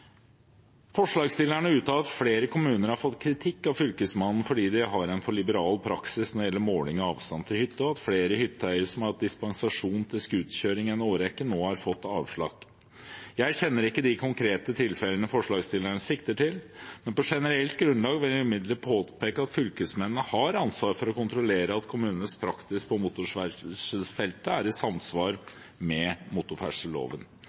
Forslagsstillerne har uttalt at flere kommuner har fått kritikk av Fylkesmannen fordi de har en for liberal praksis når det gjelder måling av avstanden til hytta, og at flere hytteeiere som har hatt dispensasjon til scooterkjøring i en årrekke, nå har fått avslag. Jeg kjenner ikke de konkrete tilfellene forslagsstillerne sikter til, men på generelt grunnlag vil jeg påpeke at fylkesmennene har ansvar for å kontrollere at kommunenes praksis på motorferdselsfeltet er i samsvar med motorferdselloven.